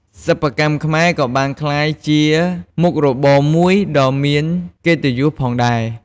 សិប្បកម្មខ្មែរក៏បានក្លាយជាមុខរបរមួយដ៏មានកិត្តិយសផងដែរ។